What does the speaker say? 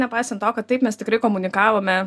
nepaisant to kad taip mes tikrai komunikavome